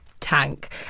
tank